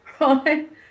right